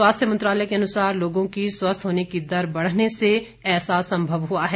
स्वास्थ्य मंत्रालय के अनुसार ऐसा लोगों की स्वस्थ होने की दर बढ़ने से संभव हुआ है